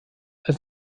als